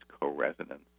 co-resonance